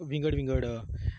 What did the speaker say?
विंगड विंगड